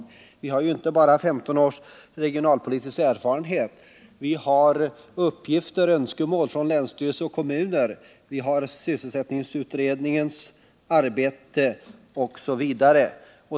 Vi har inte bara 15 års regionalpolitisk erfarenhet, utan vi har också uppgifter och önskemål från länsstyrelser och kommuner, sysselsättningsutredningens betänkande osv.